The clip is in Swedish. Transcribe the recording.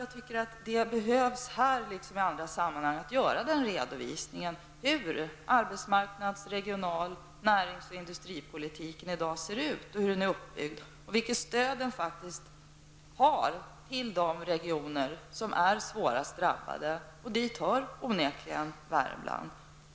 Jag tyckte att det i det här sammanhanget var viktigt att göra en redovisning av hur arbetsmarknads-, regional-, närings och industripolitik ser ut i dag och hur de är uppbyggda samt vilket stöd vi faktiskt ger till de regioner som är svårast drabbade. Dit hör onekligen Värmland.